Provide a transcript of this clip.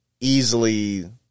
easily